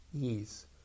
ease